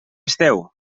esteu